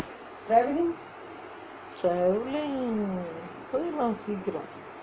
travelling போயிரலாம் சீக்கிரம்:poyiralaam seekiram